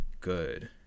good